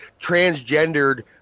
transgendered